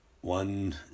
One